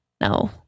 No